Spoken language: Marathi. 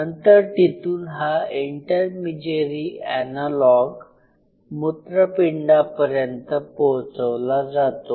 नंतर तिथून हा इंटरमिजियरी एनालॉग मूत्रपिंडापर्यंत पोहोचवला जातो